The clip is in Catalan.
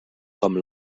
com